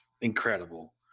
incredible